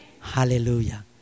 Hallelujah